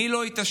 מי לא התעשת?